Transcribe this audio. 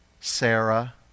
Sarah